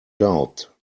doubt